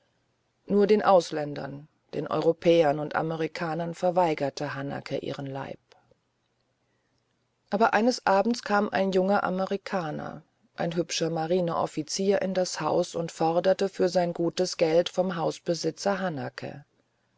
nur den ausländern den europäern und amerikanern verweigerte hanake ihren leib aber eines abends kam ein junger amerikaner ein hübscher marineoffizier in das haus und forderte für sein gutes geld vom hausbesitzer hanake